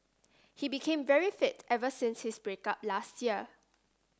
he became very fit ever since his break up last year